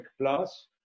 plus